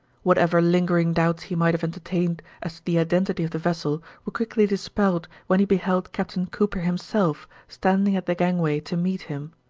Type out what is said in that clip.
whatever lingering doubts he might have entertained as to the identity of the vessel were quickly dispelled when he beheld captain cooper himself standing at the gangway to meet him.